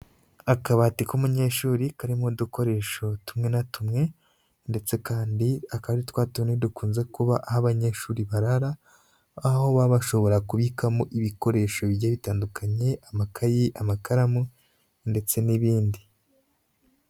Akabati k'umunyeshuri karimo udukoresho tumwe na tumwe, ndetse kandi akaba ari twatundi dukunze kuba aho abanyeshuri barara, aho baba bashobora kubikamo ibikoresho bigiye bitandukanye, amakayi, amakaramu, ndetse n'ibindi.